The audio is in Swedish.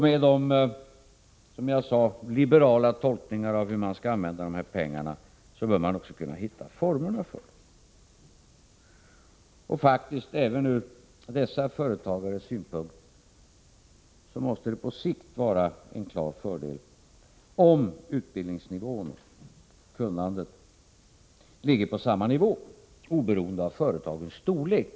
Med, som jag sade, liberala tolkningar i fråga om hur man skall använda pengarna bör man också kunna hitta formerna för det. Även ur dessa företags synpunkt måste det på sikt vara en klar fördel om utbildningsnivån, kunnandet, ligger på samma nivå oberoende av företagets storlek.